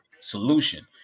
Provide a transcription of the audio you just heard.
solution